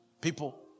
People